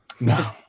No